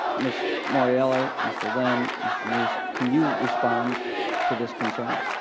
ms. mauriello, mr. lynn, mr. neiss, can you respond to this concern?